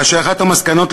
ואחת המסקנות,